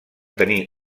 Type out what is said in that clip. tenir